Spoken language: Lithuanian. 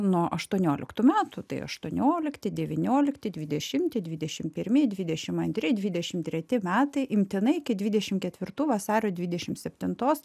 nuo aštuonioliktų metų tai aštuoniolikti devyniolikti dvidešimti dvidešim pirmi dvidešim antri dvidešim treti metai imtinai iki dvidešim ketvirtų vasario dviedešim septintos